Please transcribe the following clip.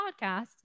podcast